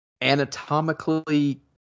anatomically